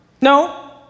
No